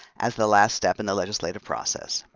as the last step in the legislative process.